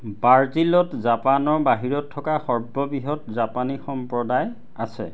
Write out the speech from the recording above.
ব্ৰাজিলত জাপানৰ বাহিৰত থকা সৰ্ববৃহৎ জাপানী সম্প্ৰদায় আছে